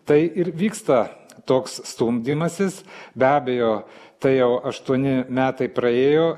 tai ir vyksta toks stumdymasis be abejo tai jau aštuoni metai praėjo